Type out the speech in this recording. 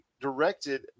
directed